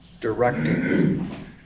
directing